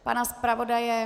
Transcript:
Pana zpravodaje?